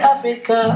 Africa